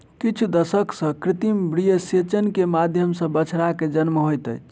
किछ दशक सॅ कृत्रिम वीर्यसेचन के माध्यम सॅ बछड़ा के जन्म होइत अछि